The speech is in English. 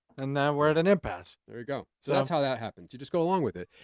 and now we're at an impasse. there you go. so that's how that happens. you just go along with it.